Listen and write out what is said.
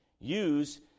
Use